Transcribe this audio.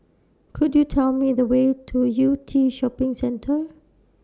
Could YOU Tell Me The Way to Yew Tee Shopping Centre